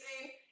easy